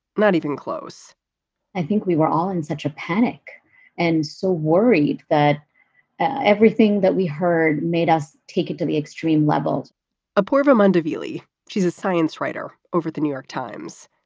not even close i think we were all in such a panic and so worried that everything that we heard made us take it to the extreme levels apoorva and mandaville. she's a science writer over the new york times.